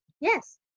Yes